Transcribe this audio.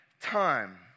time